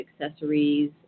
accessories